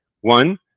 One